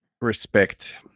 Respect